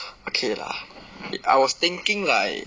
okay lah I was thinking like